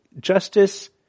justice